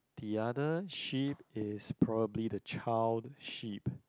the other sheep is probably the child sheep